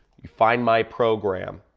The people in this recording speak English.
you find my program,